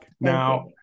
Now